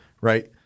right